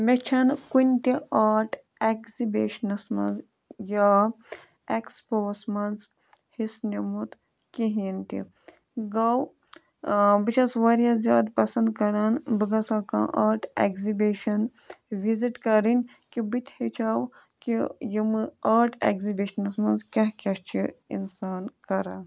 مےٚ چھَنہٕ کُنہِ تہِ آرٹ اٮ۪گزِبِشنَس منٛز یا اٮ۪کسپوَس منٛز حِصہٕ نِمُت کِہیٖنۍ تہِ گو بہٕ چھَس واریاہ زیادٕ پَسنٛد کَران بہٕ گژھٕ ہا کانٛہہ آرٹ اٮ۪گزِبِشَن وِزِٹ کَرٕنۍ کہِ بہٕ تہِ ہیٚچھاو کہِ یِمہٕ آرٹ ایٮٚگزِبِشنَس منٛز کیٛاہ کیٛاہ چھِ اِنسان کَران